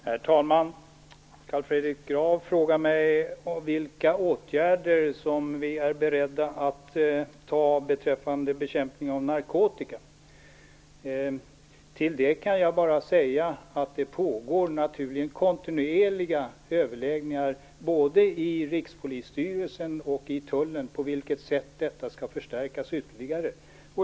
Herr talman! Carl Fredrik Graf frågar mig vilka åtgärder vi är beredda att vidta beträffande bekämpning av narkotika. Jag kan bara säga att det pågår kontinuerliga överläggningar i både Rikspolisstyrelsen och Tullen om det sätt på vilket detta skall förstärkas ytterligare.